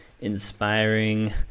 inspiring